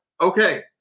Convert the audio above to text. okay